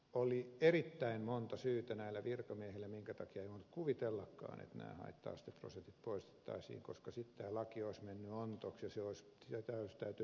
oli erittäin monta syytä näillä virkamiehillä minkä takia ei voinut kuvitellakaan että nämä haitta asteprosentit poistettaisiin koska sitten tämä laki olisi mennyt ontoksi ja sitä olisi täytynyt muuttaa